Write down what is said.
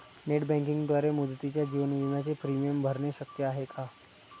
Net बँकिंगद्वारे मुदतीच्या जीवन विम्याचे प्रीमियम भरणे शक्य आहे का?